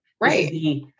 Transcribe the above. right